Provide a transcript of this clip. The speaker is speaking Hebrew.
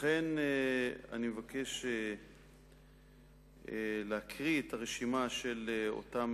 לכן אני מבקש להקריא את הרשימה של אותם